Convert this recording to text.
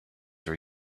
were